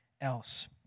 else